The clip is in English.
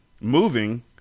moving